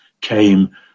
came